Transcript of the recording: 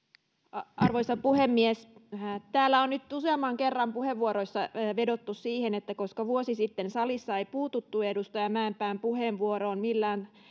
arvoisa puhemies täällä on nyt useamman kerran puheenvuoroissa vedottu siihen että koska vuosi sitten salissa ei puututtu edustaja mäenpään puheenvuoroon millään